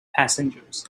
passengers